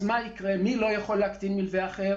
ומי לא יכול להקטין מלווה אחר?